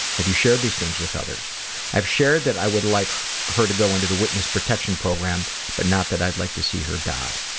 have you shared these things with others i've shared that i would like her to go into the witness protection program but not that i'd like to see her die.